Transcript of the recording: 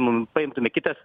mum paimtume kitas